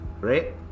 right